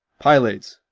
pylades,